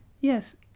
Yes